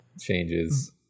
Changes